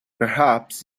perhaps